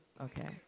Okay